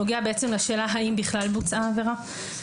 הוא נוגע בעצם לשאלה האם בכלל בוצעה העבירה,